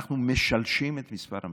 אנחנו משלשים את מספר המשפחות.